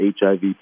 HIV